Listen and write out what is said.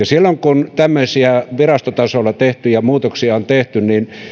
silloin kun tämmöisiä virastotasolla tehtyjä muutoksia on tehty